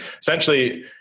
essentially